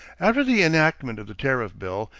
after the enactment of the tariff bill,